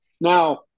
Now